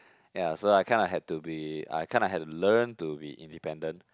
ya so I kind of had to be I kind of had to learn to be independent